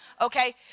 okay